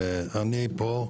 אני פה,